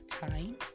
time